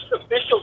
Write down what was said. official